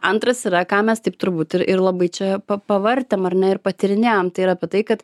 antras yra ką mes taip turbūt ir ir labai čia pavartėm ar ne ir patyrinėjom tai yra apie tai kad